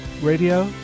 Radio